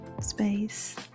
space